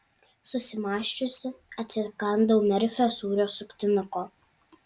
susimąsčiusi atsikandau merfio sūrio suktinuko